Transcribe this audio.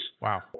Wow